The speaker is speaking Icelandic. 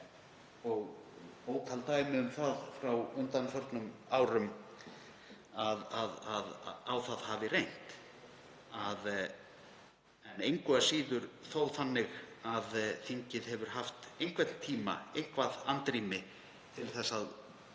og ótal dæmi um það frá undanförnum árum að á það hafi reynt, engu að síður þó þannig að þingið hefur haft einhvern tíma, eitthvert andrými, til að